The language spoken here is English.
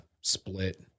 split